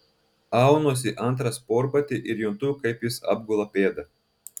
aunuosi antrą sportbatį ir juntu kaip jis apgula pėdą